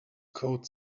code